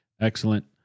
Excellent